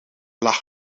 lag